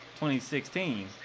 2016